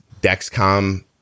Dexcom